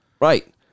Right